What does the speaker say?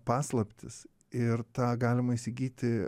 paslaptis ir tą galima įsigyti